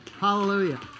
Hallelujah